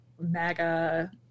MAGA